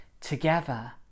together